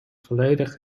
volledig